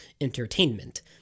entertainment